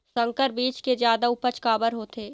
संकर बीज के जादा उपज काबर होथे?